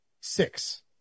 Six